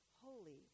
holy